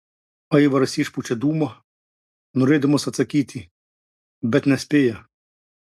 aivaras išpučia dūmą norėdamas atsakyti bet nespėja